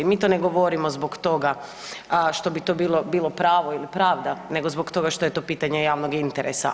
Mi to ne govorimo zbog toga što bi to bilo pravo ili pravda, nego zbog toga što je to pitanje javnog interesa.